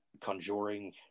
conjuring